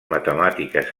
matemàtiques